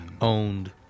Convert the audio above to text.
owned